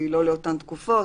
היא לא לאותן תקופות,